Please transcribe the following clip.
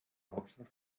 hauptstadt